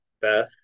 Beth